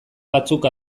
batzuk